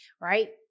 right